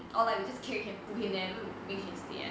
or like we just cage him put him there mm make him stay there